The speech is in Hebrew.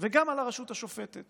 וגם על הרשות השופטת.